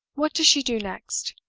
what does she do next?